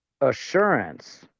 assurance